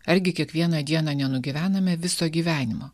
argi kiekvieną dieną nenugyvenome viso gyvenimo